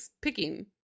picking